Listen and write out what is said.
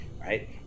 right